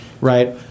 right